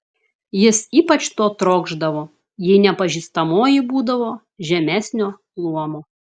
jis ypač to trokšdavo jei nepažįstamoji būdavo žemesnio luomo